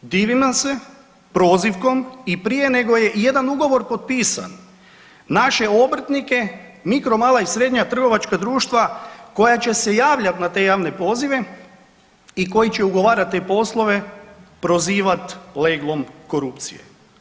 Divim vam se prozivkom i prije nego je i jedan ugovor potpisan, naše obrtnike, mikro, mala i srednja trgovačka društva koja će se javljati na te pozive i koji će ugovarati te poslove prozivat leglom korupcije.